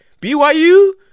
byu